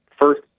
first